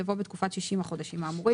יבוא בתקופת 60 החודשים האמורים.